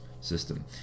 system